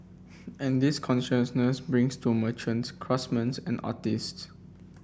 and this consciousness brings to merchants craftsman's and artists